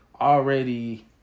already